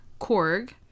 Korg